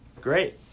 Great